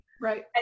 Right